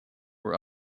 were